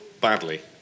badly